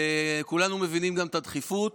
כולנו מבינים את הדחיפות,